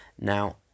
Now